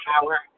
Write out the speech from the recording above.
power